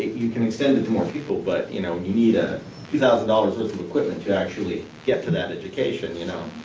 you can extend it to more people, but, you know, you need ah two thousand dollars worth of equipment to actually get to that education, you know.